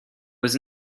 was